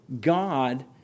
God